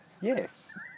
yes